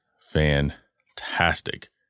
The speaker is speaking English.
fantastic